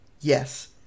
Yes